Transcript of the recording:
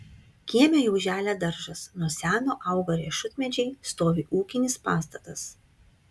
kieme jau želia daržas nuo seno auga riešutmedžiai stovi ūkinis pastatas